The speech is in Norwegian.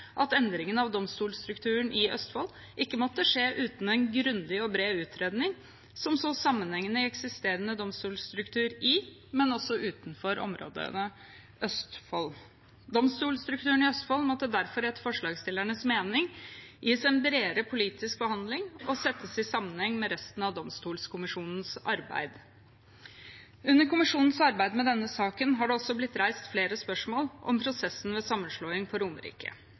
at endringen av domstolstrukturen i Østfold ikke måtte skje uten en grundig og bred utredning som så sammenhengen i eksisterende domstolstruktur i Østfold og også i områdene utenfor. Domstolstrukturen i Østfold måtte derfor etter forslagsstillernes mening gis en bredere politisk behandling og settes i sammenheng med resten av Domstolkommisjonens arbeid. Under komiteens arbeid med denne saken har det også blitt reist flere spørsmål om prosessen med sammenslåing på Romerike.